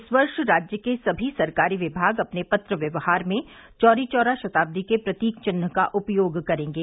इस वर्ष राज्य के सभी सरकारी विभाग अपने पत्र व्यवहार में चौरी चौरा शताब्दी के प्रतीक चिन्ह का उपयोग करेंगे